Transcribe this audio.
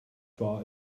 bar